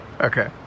Okay